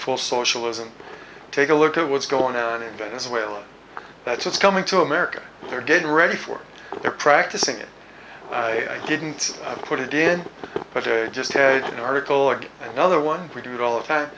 for socialism take a look at what's going on in venezuela that's what's coming to america they're getting ready for it they're practicing it i didn't put it in but i just had an article or get another one we do it all the time